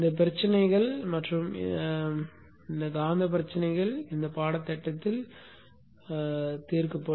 இந்த பிரச்சனைகள் மற்றும் காந்த பிரச்சனைகள் இந்த பாடத்திட்டத்தில் தீர்க்கப்படும்